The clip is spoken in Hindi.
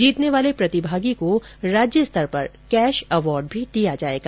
जीतने वाले प्रतिभागी को राज्य स्तर पर कैश अवार्ड भी दिया जाएगा